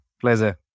Pleasure